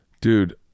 Dude